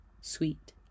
sweet